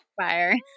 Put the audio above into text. Fire